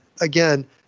Again